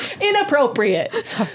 Inappropriate